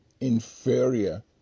inferior